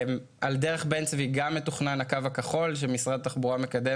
על דרך בן צבי גם מתוכנן הקו הכחול שמשרד התחבורה מקדם